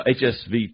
HSV